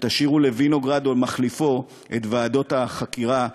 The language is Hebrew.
ותשאירו לוינוגרד או למחליפו את ועדות החקירה שאחרי.